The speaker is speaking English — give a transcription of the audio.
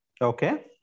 Okay